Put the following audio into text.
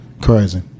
Crazy